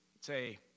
say